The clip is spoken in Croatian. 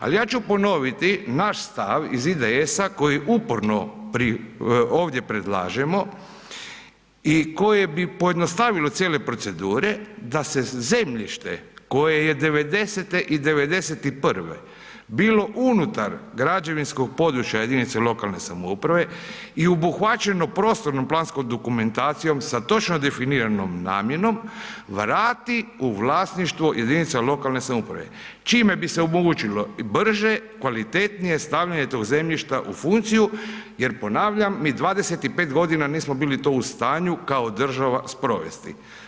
Ali ja ću ponoviti naš stav iz IDS-a koje uporno ovdje predlažemo i koji bi pojednostavilo cijele procedure, da se zemljište koje je '90.-te i '91. bilo unutar građevinskog područja jedinice lokalne samouprave i obuhvaćeno prostorno planskom dokumentacijom sa točno definiranom namjenom vrati u vlasništvo jedinica lokalne samouprave čime bi se omogućilo brže, kvalitetnije stavljanje tog zemljišta u funkciju jer ponavljam, mi 25 godina nismo bili to u stanju kao država sprovesti.